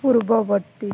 ପୂର୍ବବର୍ତ୍ତୀ